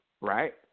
right